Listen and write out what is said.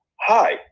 hi